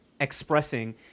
expressing